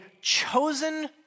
chosen